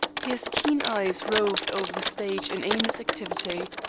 his keen eyes roved over the stage in aimless activity.